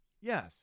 Yes